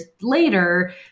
later